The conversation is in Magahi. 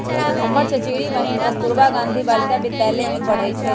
हमर चचेरी बहिन कस्तूरबा गांधी बालिका विद्यालय में पढ़इ छइ